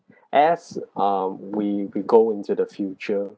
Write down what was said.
as ah we we go into the future